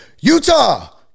utah